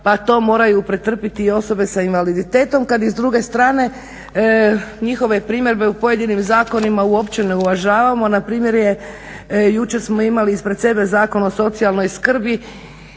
pa to moraju pretrpjeti i osobe s invaliditetom, kad s druge strane njihove primjedbe u pojedinim zakonima uopće ne uvažavamo. Na primjer jučer smo imali ispred sebe Zakon o socijalnoj skrbi